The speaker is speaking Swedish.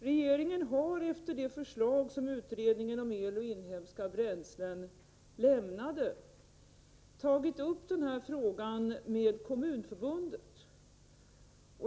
Regeringen har efter de förslag som utredningen om el och inhemska bränslen lämnade tagit upp den här frågan med Kommunförbundet.